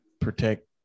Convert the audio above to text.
protect